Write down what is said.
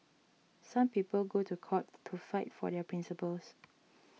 some people go to court to fight for their principles